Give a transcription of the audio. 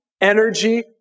energy